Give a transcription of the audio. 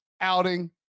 outing